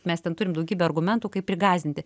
mes ten turime daugybę argumentų kaip prigąsdinti